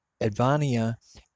Advania